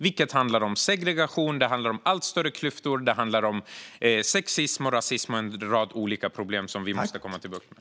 Det handlar om segregation, allt större klyftor, sexism, rasism och en rad andra problem som vi måste få bukt med.